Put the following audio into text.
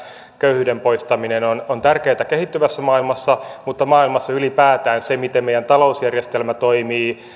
köyhyyden poistaminen on on tärkeätä kehittyvässä maailmassa mutta maailmassa ylipäätään se miten meidän talousjärjestelmä toimii